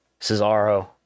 Cesaro